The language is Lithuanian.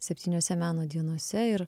septyniose meno dienose ir